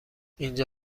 اینجا